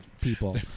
people